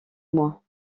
moi